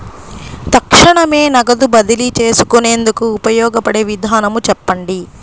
తక్షణమే నగదు బదిలీ చేసుకునేందుకు ఉపయోగపడే విధానము చెప్పండి?